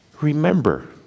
remember